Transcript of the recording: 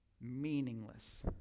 meaningless